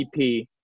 EP